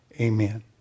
Amen